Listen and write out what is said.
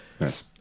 Nice